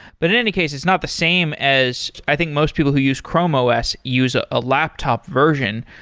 but in any case, it's not the same as i think most people who use chrome os use a ah laptop version.